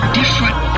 different